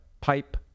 pipe